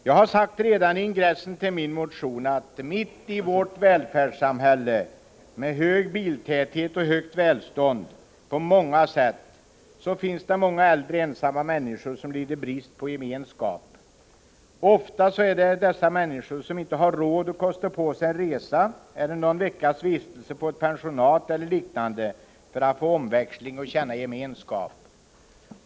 Jag har redan i ingressen till min motion sagt att det mitt i vårt välfärdssamhälle, med hög biltäthet och på många andra sätt höga välstånd, finns en mängd äldre, ensamma människor som lider brist på gemenskap. Ofta har dessa människor inte råd att kosta på sig en resa, någon veckas vistelse på ett pensionat eller liknande för att få omväxling och känna gemenskap.